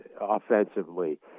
offensively